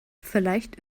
vielleicht